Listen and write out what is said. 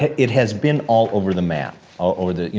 it has been all over the map all over the,